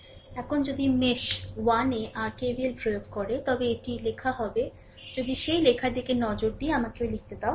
এখন যদি মেশ 1 এ rKVL প্রয়োগ করে তবে এটি rলেখা হবে যদি সেই লেখার দিকে নজর দিই আমাকে লিখতে দাও